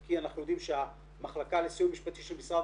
כי אנחנו יודעים שהמחלקה לסיוע משפטי של משרד